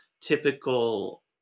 typical